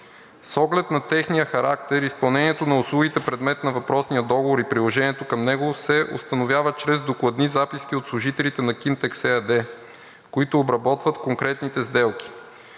С оглед на техния характер и изпълнението на услугите, предмет на въпросния договор и приложението към него, се установява чрез докладни записки от служителите на „Кинтекс“ ЕАД, които обработват конкретните сделки.